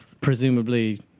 presumably